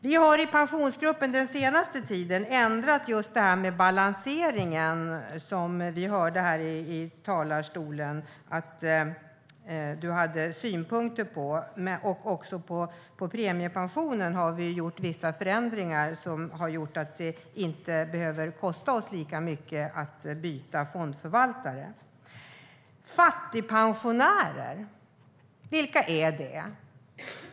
Vi har i Pensionsgruppen den senaste tiden ändrat det här med balanseringen som vi hörde att du hade synpunkter på. I premiepensionen har vi ju gjort vissa förändringar som har gjort att det inte behöver kosta oss lika mycket att byta fondförvaltare. Fattigpensionärer talade du om. Vilka är det?